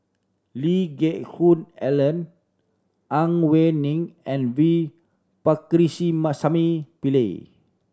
Lee Geck Hoon Ellen Ang Wei Neng and V Pakirisamy Pillai